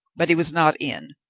but he was not in,